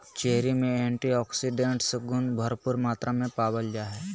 cherry में antioxidants गुण भरपूर मात्रा में पावल जा हइ